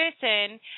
person